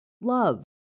love